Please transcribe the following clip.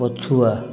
ପଛୁଆ